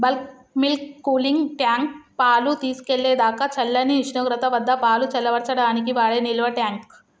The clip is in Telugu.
బల్క్ మిల్క్ కూలింగ్ ట్యాంక్, పాలు తీసుకెళ్ళేదాకా చల్లని ఉష్ణోగ్రత వద్దపాలు చల్లబర్చడానికి వాడే నిల్వట్యాంక్